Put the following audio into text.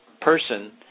person